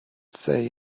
say